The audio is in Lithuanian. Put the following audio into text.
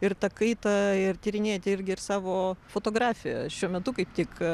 ir tą kaitą ir tyrinėjate irgi ir savo fotografijoj šiuo metu kaip tik